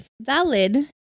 valid